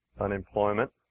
unemployment